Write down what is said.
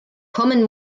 kommen